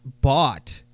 bought